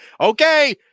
okay